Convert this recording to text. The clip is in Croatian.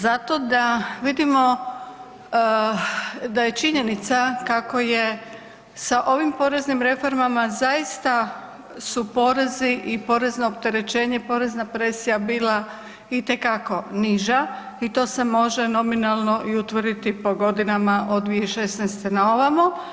Zato da vidimo da je činjenica kako je sa ovim poreznim reformama zaista su porezi i porezno opterećenje, porezna presija bila itekako niža i to se može nominalno utvrditi po godinama od 2016. na ovamo.